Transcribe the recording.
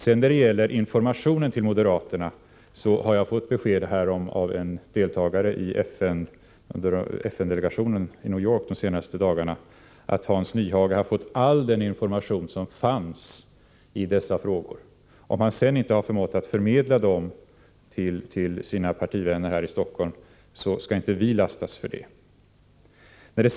I fråga om informationen till moderaterna har en ledamot av den svenska FN-delegationen under de senaste dagarna givit mig besked om att Hans Nyhage har fått all den information som fanns att lämna i dessa frågor. Om han sedan inte förmått att förmedla informationen till sina partivänner i Stockholm, så skall inte vi socialdemokrater lastas för det.